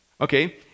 okay